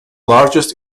largest